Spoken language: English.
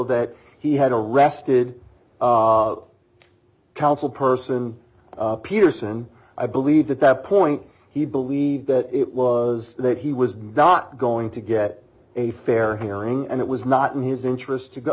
that he had arrested council person peterson i believe at that point he believed that it was that he was not going to get a fair hearing and it was not in his interest to go